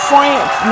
France